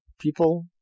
people